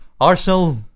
Arsenal